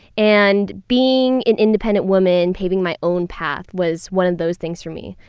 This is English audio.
and being an independent woman paving my own path was one of those things for me.